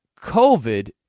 COVID